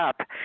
up